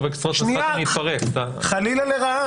חבר הכנסת רוטמן --- חלילה לרעה.